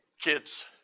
kids